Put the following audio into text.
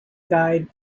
guide